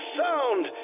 sound